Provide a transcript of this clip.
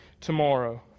tomorrow